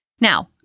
Now